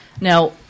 Now